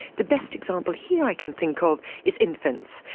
the best example here i can think of is infants.